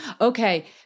Okay